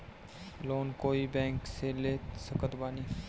Loan कोई bank से ले सकत बानी?